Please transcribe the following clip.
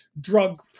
drug